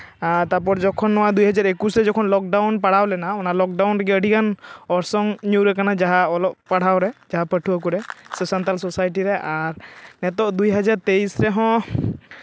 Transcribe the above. ᱟᱨ ᱛᱟᱨᱯᱚᱨ ᱡᱚᱠᱷᱚᱱ ᱱᱚᱣᱟ ᱫᱩ ᱦᱟᱡᱟᱨ ᱮᱠᱩᱥ ᱨᱮ ᱡᱚᱠᱷᱚᱱ ᱞᱚᱠᱰᱟᱣᱩᱱ ᱯᱟᱲᱟᱣ ᱞᱮᱱᱟ ᱚᱱᱟ ᱞᱚᱠᱰᱟᱣᱩᱱ ᱨᱮᱜᱮ ᱟᱹᱰᱤ ᱜᱟᱱ ᱚᱨᱥᱚᱝ ᱧᱩᱨ ᱟᱠᱟᱱᱟ ᱡᱟᱦᱟᱸ ᱚᱞᱚᱜ ᱯᱟᱲᱦᱟᱣ ᱨᱮ ᱡᱟᱦᱟᱸ ᱯᱟᱹᱴᱷᱩᱣᱟ ᱹ ᱠᱚᱨᱮ ᱥᱮ ᱥᱟᱱᱛᱟᱲ ᱥᱳᱥᱟᱭᱴᱤ ᱨᱮ ᱟᱨ ᱱᱤᱛᱳᱜ ᱫᱩᱭ ᱦᱟᱡᱟᱨ ᱛᱮᱭᱤᱥ ᱨᱮᱦᱚᱸ